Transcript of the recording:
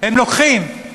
הם לוקחים.